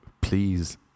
please